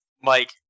Mike